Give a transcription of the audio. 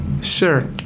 Sure